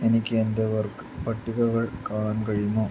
എനിക്ക് എൻ്റെ വർക്ക് പട്ടികകൾ കാണാൻ കഴിയുമോ